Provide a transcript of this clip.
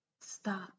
Stop